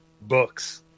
books